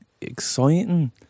exciting